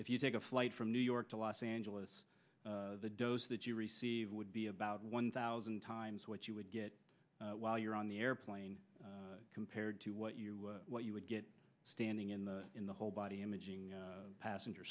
if you take a flight from new york to los angeles the dose that you receive would be about one thousand times what you would get while you're on the airplane compared to what you what you would get standing in the in the whole body imaging passenger